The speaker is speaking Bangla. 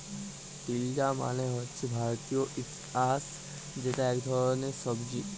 তিলডা মালে হছে ভারতীয় ইস্কয়াশ যেট ইক ধরলের সবজি